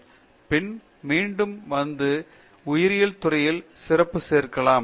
பேராசிரியர் சத்யநாராயணன் என் கும்மாடி பின் மீண்டும் வந்து உயிரியல் துறையில் சிறப்பு சேர்க்கலாம்